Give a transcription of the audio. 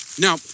Now